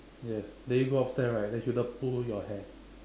yes then you go upstairs right then should then pull your hair